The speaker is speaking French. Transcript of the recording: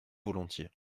volontiers